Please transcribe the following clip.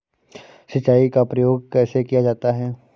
सिंचाई का प्रयोग कैसे किया जाता है?